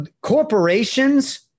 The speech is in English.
corporations